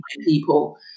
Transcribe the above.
people